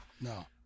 No